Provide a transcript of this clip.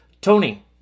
Tony